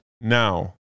Now